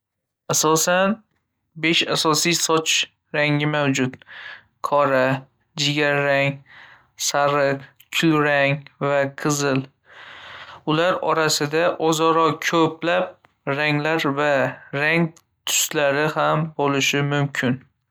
Asosan besh asosiy soch rangi mavjud. Qora, jigar rang, sariq, kulrang va qizil. Ular orasida o‘zaro ko‘plab ranglar va rang tuslari ham bo‘lishi mumkin